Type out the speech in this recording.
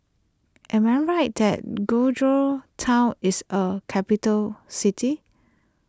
am I right that Georgetown is a capital city